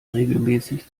regelmäßig